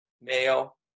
male